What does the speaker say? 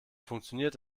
funktioniert